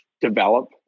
develop